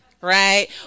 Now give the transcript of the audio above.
right